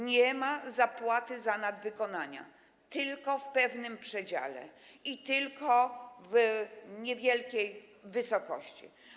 Nie ma zapłaty za nadwykonania, tylko w pewnym przedziale i tylko w niewielkiej wysokości.